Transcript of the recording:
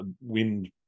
wind